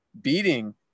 beating